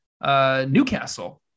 Newcastle